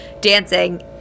dancing